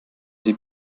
die